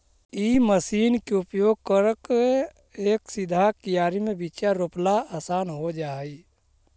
इ मशीन के उपयोग करके एक सीधा कियारी में बीचा रोपला असान हो जा हई